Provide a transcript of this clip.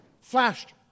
flashed